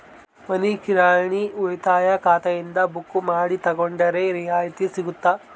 ಮನಿ ಕಿರಾಣಿ ಉಳಿತಾಯ ಖಾತೆಯಿಂದ ಬುಕ್ಕು ಮಾಡಿ ತಗೊಂಡರೆ ರಿಯಾಯಿತಿ ಸಿಗುತ್ತಾ?